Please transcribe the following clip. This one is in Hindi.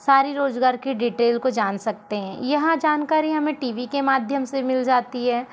सारी रोजगार की डिटेल को जान सकते हैं यह जानकारी हमें टी वी के माध्यम से मिल जाती है